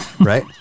right